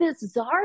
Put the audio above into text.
bizarre